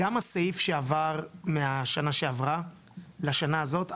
גם הסעיף שעבר מהשנה שעברה לשנה הזאת,